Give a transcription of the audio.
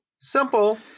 Simple